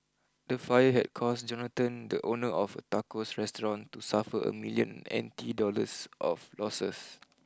the fire had caused Jonathon the owner of Tacos restaurant to suffer a million N T dollars of losses